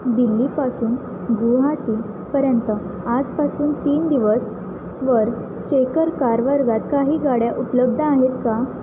दिल्लीपासून गुहाटीपर्यंत आजपासून तीन दिवस वर चेकर कार वर्गात काही गाड्या उपलब्ध आहेत का